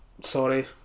sorry